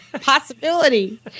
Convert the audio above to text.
possibility